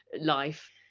life